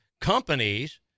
companies